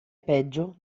peggio